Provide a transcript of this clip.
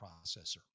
processor